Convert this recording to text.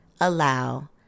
allow